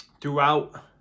throughout